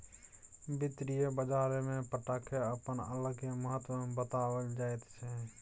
वित्तीय बाजारमे पट्टाक अपन अलगे महत्व बताओल जाइत छै